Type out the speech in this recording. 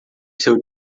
seu